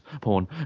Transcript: porn